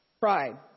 Pride